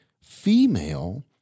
female